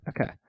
Okay